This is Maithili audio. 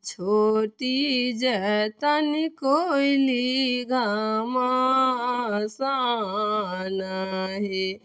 छोटी जतन कोइली घमासान हे